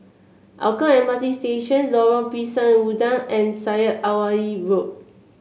Hougang M R T Station Lorong Pisang Udang and Syed Alwi Road